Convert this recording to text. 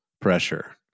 pressure